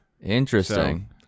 interesting